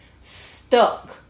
stuck